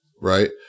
right